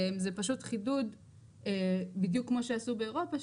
זה פשוט חידוד בדיוק כמו שעשו באירופה,